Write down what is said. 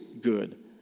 good